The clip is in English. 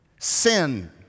sin